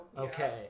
okay